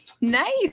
Nice